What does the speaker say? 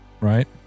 right